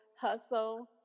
hustle